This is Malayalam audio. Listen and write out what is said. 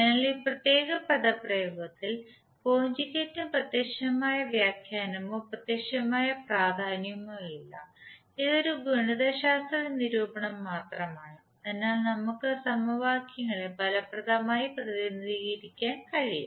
അതിനാൽ ഈ പ്രത്യേക പദപ്രയോഗത്തിൽ കോഞ്ചുഗേറ്റ്ന് പ്രത്യക്ഷമായ വ്യാഖ്യാനമോ പ്രത്യക്ഷമായ പ്രാധാന്യമോ ഇല്ല ഇത് ഒരു ഗണിതശാസ്ത്ര നിരൂപണം മാത്രമാണ് അതിനാൽ നമുക്ക് സമവാക്യങ്ങളെ ഫലപ്രദമായി പ്രതിനിധീകരിക്കാൻ കഴിയും